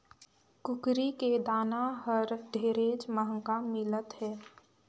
कुकरी के दाना हर ढेरेच महंगा मिलत हे